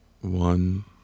One